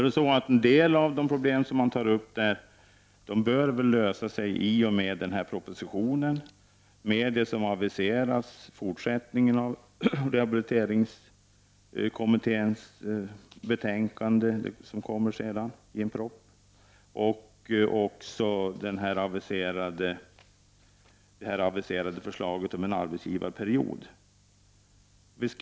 Vissa av dessa problem bör väl kunna lösas om propositionens förslag genomförs, liksom det förslag som rehabiliteringskommittén lämnar senare och som kommer i form av en proposition. Vidare kommer ju regeringens aviserade förslag om en arbetsgivarperiod.